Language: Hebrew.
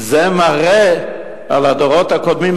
זה מראה על הדורות הקודמים,